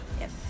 Yes